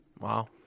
Wow